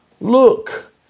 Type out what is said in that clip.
Look